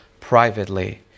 privately